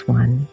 one